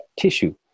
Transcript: tissue